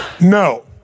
No